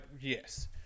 Yes